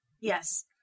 Yes